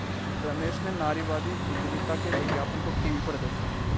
रमेश ने नारीवादी उधमिता के विज्ञापन को टीवी पर देखा